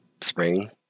Spring